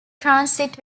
transit